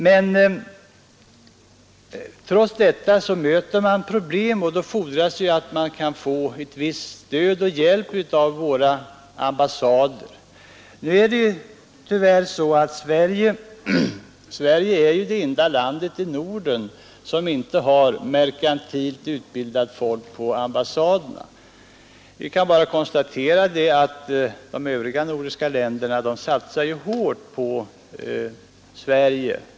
Ändå möter man problem, och då fordras det att man kan få en viss hjälp av våra ambassader. Tyvärr är ju Sverige det enda landet i Norden som inte har merkantilt utbildat folk på ambassaderna. Vi kan bara konstatera att de övriga nordiska länderna satsar hårt på Sverige.